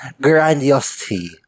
grandiosity